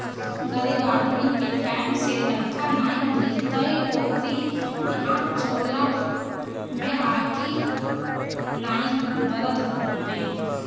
गरीब आदमी के टाइम से तनखा नाइ मिली तअ ओकरी इहां चुला में आगि नाइ बरत हवे